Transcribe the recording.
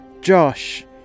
Josh